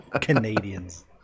Canadians